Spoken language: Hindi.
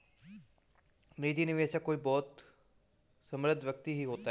निजी निवेशक कोई बहुत समृद्ध व्यक्ति ही होता है